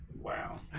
Wow